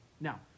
now